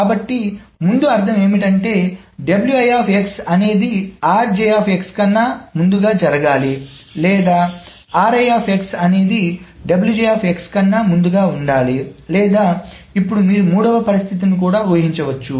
కాబట్టి ముందు అర్ధం ఏమిటంటే అనేది కన్నాముందుగా జరగాలి లేదా అనేది కన్నా ముందు ఉండాలి లేదా ఇప్పుడు మీరు మూడవ పరిస్థితిని ఊహించ వచ్చు